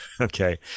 Okay